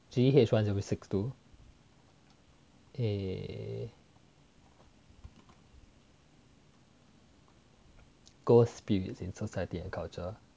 G_E_H one zero six two eh ghosts spirits in society and culture